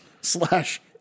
slash